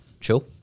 chill